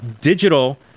digital